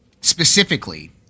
specifically